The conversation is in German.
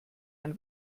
ein